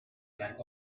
plank